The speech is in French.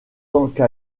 situé